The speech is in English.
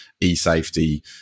e-safety